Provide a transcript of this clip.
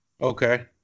Okay